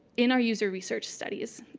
in our user research studies.